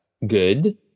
good